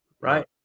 right